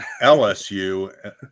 LSU